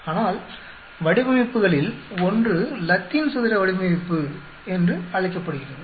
ஆனால் வடிவமைப்புகளில் ஒன்று லத்தீன் சதுர வடிவமைப்பு என்று அழைக்கப்படுகிறது